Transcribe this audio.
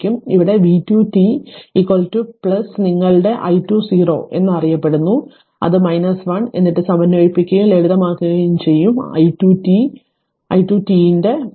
ഇവിടെ v 2 t plus നിങ്ങളുടെ i 2 0 എന്ന് അറിയപ്പെടുന്നു അതു 1 എന്നിട്ട് സമന്വയിപ്പിക്കുകയും ലളിതമാക്കുകയും ചെയ്യും i 2 t ന്റെ 0